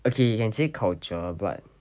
okay you can say culture but